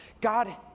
God